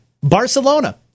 Barcelona